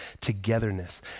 togetherness